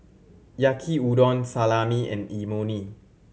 Yaki Udon Salami and Imoni